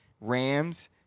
Rams